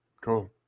cool